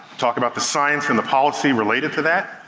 talk about the science and the policy related to that.